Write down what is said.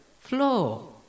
floor